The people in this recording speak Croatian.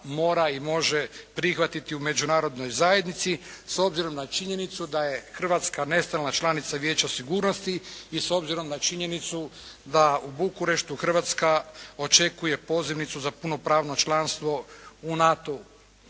mora i može prihvatiti u Međunarodnoj zajednici, s obzirom na činjenicu da je Hrvatska nestalna članica Vijeća sigurnosti i s obzirom na činjenicu da u Bukureštu Hrvatska očekuje pozivnicu za punopravno članstvo u NATO-u.